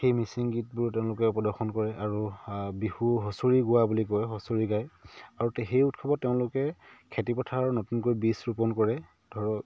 সেই মিচিং গীতবোৰ তেওঁলোকে প্ৰদৰ্শন কৰে আৰু বিহু হুঁচৰি গোৱা বুলি কয় হুঁচৰি গায় আৰু সেই উৎসৱত তেওঁলোকে খেতি পথাৰত নতুনকৈ বীজ ৰোপণ কৰে ধৰক